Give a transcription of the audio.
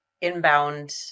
inbound